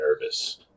nervous